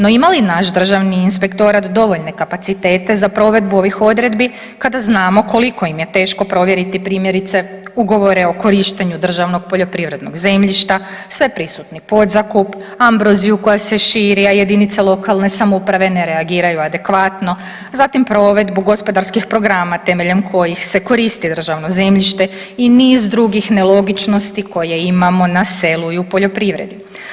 No, ima li naš Državni inspektorat dovoljne kapacitete za provedbu ovih odredbi kada znamo koliko im je teško provjeriti primjerice ugovore o korištenju Državnog poljoprivrednog zemljišta, sve prisutni podzakup, ambroziju koja se širi, a jedinice lokalne samouprave ne reagiraju adekvatno, zatim provedbu gospodarskih programa temeljem kojih se koristi državno zemljište i niz drugih nelogičnosti koje imamo na selu i u poljoprivredi.